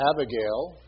Abigail